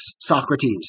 Socrates